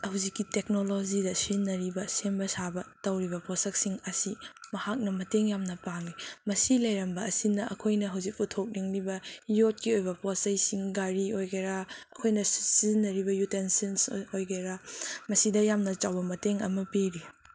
ꯍꯧꯖꯤꯛꯀꯤ ꯇꯦꯛꯅꯣꯂꯣꯖꯤꯗ ꯁꯤꯖꯤꯟꯅꯔꯤꯕ ꯁꯦꯝꯕ ꯁꯥꯕ ꯇꯧꯔꯤꯕ ꯄꯣꯠꯁꯛꯁꯤꯡ ꯑꯁꯤ ꯃꯍꯥꯛꯅ ꯃꯇꯦꯡ ꯌꯥꯝꯅ ꯄꯥꯡꯏ ꯃꯁꯤ ꯂꯩꯔꯝꯕ ꯑꯁꯤꯅ ꯑꯩꯈꯣꯏꯅ ꯍꯧꯖꯤꯛ ꯄꯨꯊꯣꯛꯅꯤꯡꯂꯤꯕ ꯌꯣꯠꯀꯤ ꯑꯣꯏꯕ ꯄꯣꯠꯆꯩꯁꯤꯡ ꯒꯥꯔꯤ ꯑꯣꯏꯒꯦꯔꯥ ꯑꯩꯈꯣꯏꯅ ꯁꯤꯖꯤꯟꯅꯔꯤꯕ ꯌꯨꯇꯦꯟꯁꯤꯟꯁ ꯑꯣꯏꯒꯦꯔꯥ ꯃꯁꯤꯗ ꯌꯥꯝꯅ ꯆꯥꯎꯕ ꯃꯇꯦꯡ ꯑꯃ ꯄꯤꯔꯤ